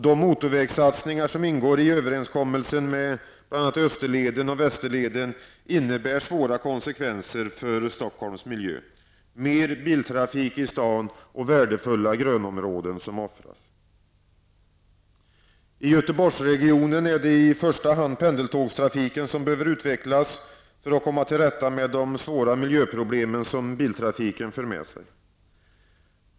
De motorvägssatsningar som ingår i överenskommelsen, bl.a. Österleden och Västerleden, innebär svåra konsekvenser för Stockholmsmiljön. Det blir mer biltrafik i stan och värdefulla grönområden offras. I Göteborgsregionen är det i första hand pendeltågstrafiken som behöver utvecklas för att man skall kunna komma till rätta med de svåra miljöproblem som biltrafiken för med sig.